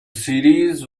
series